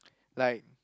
like